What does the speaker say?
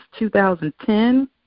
2010